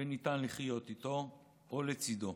ניתן לחיות איתו או לצידו.